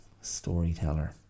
storyteller